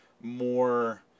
more